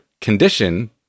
condition